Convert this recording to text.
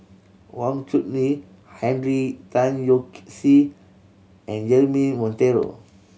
Wang Chunde Henry Tan Yoke See and Jeremy Monteiro